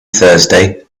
thursday